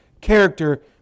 character